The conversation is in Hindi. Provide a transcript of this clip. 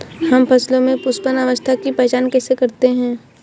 हम फसलों में पुष्पन अवस्था की पहचान कैसे करते हैं?